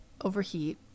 overheat